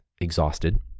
exhausted